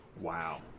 Wow